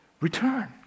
Return